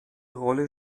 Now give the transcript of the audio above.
rolle